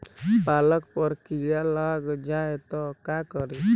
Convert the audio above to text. पालक पर कीड़ा लग जाए त का करी?